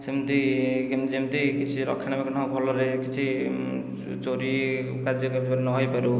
ସେମିତି ଯେମିତି କିଛି ରକ୍ଷଣା ବେକ୍ଷଣ ଭଲରେ କିଛି ଚୋରି କାର୍ଯ୍ୟକାରୀ ନ ହୋଇପାରୁ